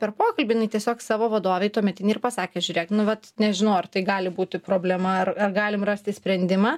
per pokalbį jinai tiesiog savo vadovei tuometinei ir pasakė žiūrėk nu vat nežinau ar tai gali būti problema ar ar galim rasti sprendimą